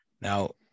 Now